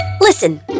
Listen